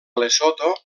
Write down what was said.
lesotho